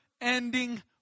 ending